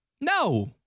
No